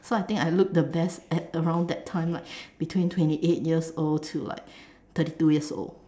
so I think I looked the best at around that time like between twenty eight years old to about thirty two years old